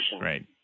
Right